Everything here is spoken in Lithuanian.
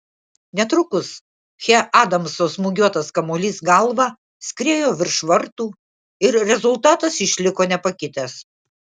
netrukus che adamso smūgiuotas kamuolys galva skriejo virš vartų ir rezultatas išliko nepakitęs